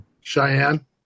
Cheyenne